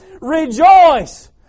rejoice